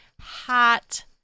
hot